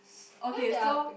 okay so